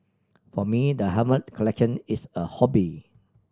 for me the helmet collection is a hobby